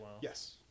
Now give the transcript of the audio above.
Yes